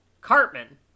Cartman